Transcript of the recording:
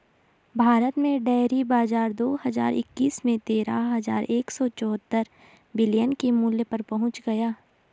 भारत में डेयरी बाजार दो हज़ार इक्कीस में तेरह हज़ार एक सौ चौहत्तर बिलियन के मूल्य पर पहुंच गया